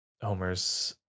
Homer's